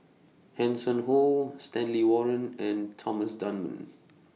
Hanson Ho Stanley Warren and Thomas Dunman